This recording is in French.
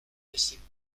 laissaient